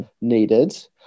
needed